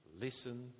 listen